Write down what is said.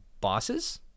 bosses